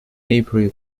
april